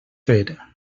fer